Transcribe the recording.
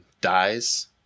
dies